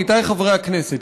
עמיתיי חברי הכנסת,